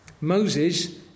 Moses